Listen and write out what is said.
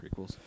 prequels